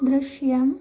ദൃശ്യം